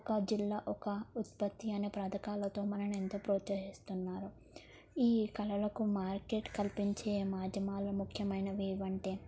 ఒక జిల్లా ఒక ఉత్పత్తి అనే పథకాలతో మనని ఎంతో ప్రోత్సహిస్తున్నారు ఈ కళలకు మార్కెట్ కల్పించే మాధ్యమాాలు ముఖ్యమైనవి ఏవంటే